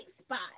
spot